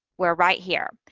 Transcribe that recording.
we're right here.